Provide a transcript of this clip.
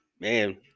Man